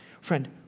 Friend